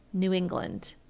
new england.